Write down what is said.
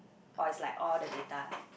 orh is like all the data ah